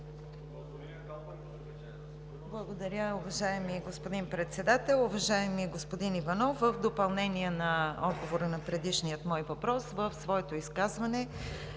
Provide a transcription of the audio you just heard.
Благодаря, уважаеми господин Председател. Уважаеми господин Иванов, в допълнение на отговора на предишния мой въпрос в своето изказване